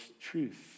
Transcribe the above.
truth